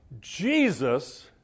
Jesus